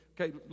Okay